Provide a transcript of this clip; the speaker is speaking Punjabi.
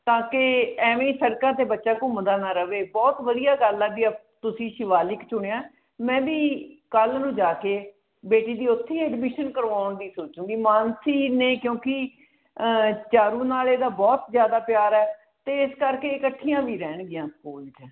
ਤਾਂ ਕਿ ਐਵੇਂ ਸੜਕਾਂ 'ਤੇ ਬੱਚਾ ਘੁੰਮਦਾ ਨਾ ਰਹੇ ਬਹੁਤ ਵਧੀਆ ਗੱਲ ਹੈ ਵੀ ਅਪ ਤੁਸੀਂ ਸ਼ਿਵਾਲਿਕ ਚੁਣਿਆ ਮੈਂ ਵੀ ਕੱਲ੍ਹ ਨੂੰ ਜਾ ਕੇ ਬੇਟੀ ਦੀ ਉੱਥੇ ਹੀ ਐਡਮਿਸ਼ਨ ਕਰਵਾਉਣ ਦੀ ਸੋਚੂੰਗੀ ਮਾਨਸੀ ਨੇ ਕਿਉਂਕਿ ਚਾਰੂ ਨਾਲ ਇਹਦਾ ਬਹੁਤ ਜ਼ਿਆਦਾ ਪਿਆਰ ਹੈ ਅਤੇ ਇਸ ਕਰਕੇ ਇਕੱਠੀਆਂ ਵੀ ਰਹਿਣਗੀਆਂ ਸਕੂਲ 'ਚ